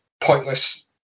pointless